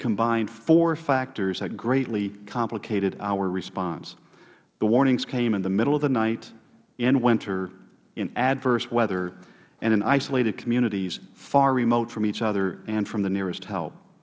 combined four factors that greatly complicated our response the warnings came in the middle of the night in winter in adverse winter and in isolated communities far remote from each other and from the nearest hel